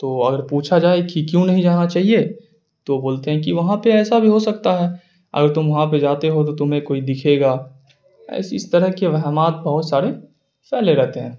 تو اگر پوچھا جائے کہ کیوں نہیں رہنا چاہیے تو بولتے ہیں کہ وہاں پہ ایسا بھی ہو سکتا ہے اگر تم وہاں پہ جاتے ہو تو تمہیں کوئی دکھے گا ایسی اس طرح کے توہمات بہت سارے پھیلے رہتے ہیں